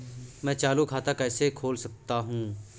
मैं चालू खाता कैसे खोल सकता हूँ?